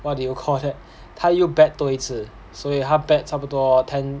what do you call that 又 bet 多一次所以他 bet 差不多 ten